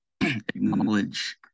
acknowledge